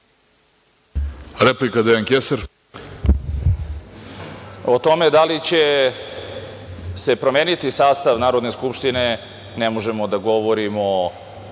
Kesar. **Dejan Kesar** O tome da li će se promeniti sastav Narodne skupštine, ne možemo da govorimo ni